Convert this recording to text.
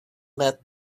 let